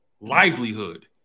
livelihood